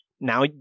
now